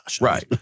Right